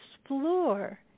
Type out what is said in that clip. explore